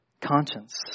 conscience